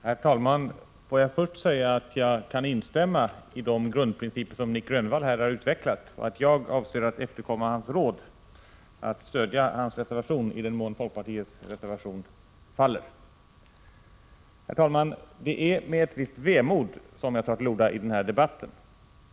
Herr talman! Låt mig först säga att jag kan instämma i de grundprinciper som Nic Grönvall här har utvecklat och att jag avser att efterleva hans råd att stödja hans reservation i den mån folkpartiets reservation faller. Herr talman! Det är med ett visst vemod som jag tar till orda i den här debatten.